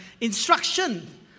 instruction